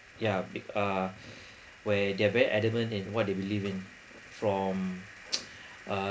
yeah bi~ uh where they're very adamant in what they believe in from uh